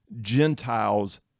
Gentiles